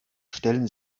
stellen